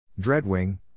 Dreadwing